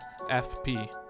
FP